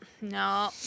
no